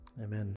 amen